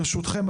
ברשותכם,